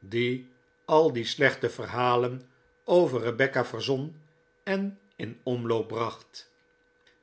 die al die slechte verhalen over rebecca verzon en in omloop bracht